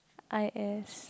I_S